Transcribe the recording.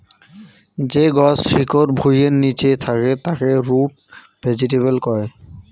যে গছ শিকড় ভুঁইয়ের নিচে থাকে তাকে রুট ভেজিটেবল কয়